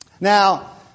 Now